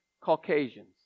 Caucasians